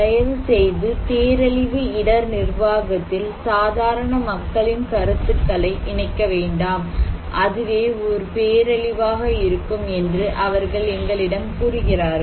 தயவுசெய்து பேரழிவு இடர் நிர்வாகத்தில் சாதாரண மக்களின் கருத்துக்களை இணைக்க வேண்டாம் அதுவே ஒரு பேரழிவாக இருக்கும் என்று அவர்கள் எங்களிடம் கூறுகிறார்கள்